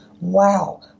wow